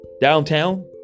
downtown